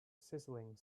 sizzling